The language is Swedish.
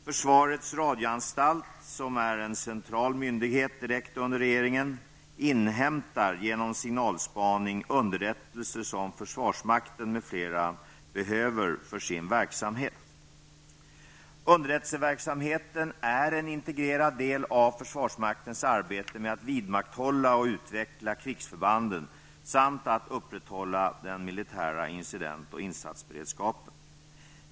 Försvarets radioanstalt -- som är en central myndighet direkt under regeringen -- inhämtar genom signalspaning underrättelser som försvarsmakten m.fl. behöver för sin verksamhet. Underrättelseverksamheten är en integrerad del av försvarsmaktens arbete med att vidmakthålla och utveckla krigsförbanden samt att upprätthålla den militära incident och insatsberedskapen.